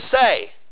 say